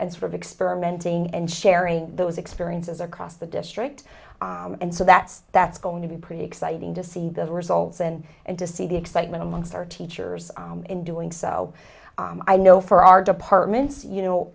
and sort of experimenting and sharing those experiences across the district and so that's that's going to be pretty exciting to see the results and and to see the excitement amongst our teachers in doing so i know for our departments you know